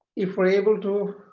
if we're able to